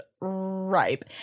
ripe